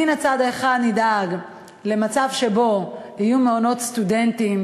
מן הצד האחד נדאג למצב שבו יהיו מעונות סטודנטים